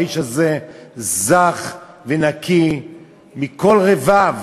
האיש הזה זך ונקי מכל רבב,